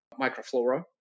microflora